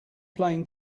playing